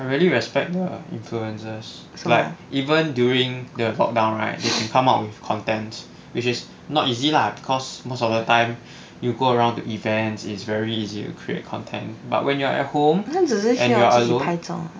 I really respect err influencers like even during the lockdown right they can come up with content which is not easy lah cause most of the time you go around do events is very easy to create content but when you're at home and you're alone